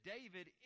David